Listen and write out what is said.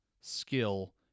skill